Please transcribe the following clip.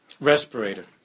respirator